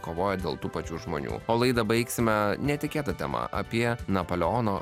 kovoja dėl tų pačių žmonių o laidą baigsime netikėta tema apie napoleono